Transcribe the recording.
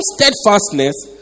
steadfastness